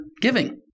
giving